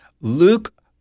Luke